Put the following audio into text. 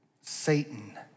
Satan